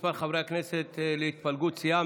מספר חברי הכנסת להתפלגות סיעה),